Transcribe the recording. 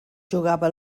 jugava